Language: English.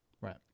Right